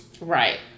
right